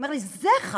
הוא אומר לי: זה חכם.